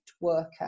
worker